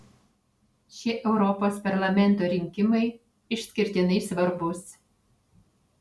šie europos parlamento rinkimai išskirtinai svarbūs